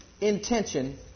intention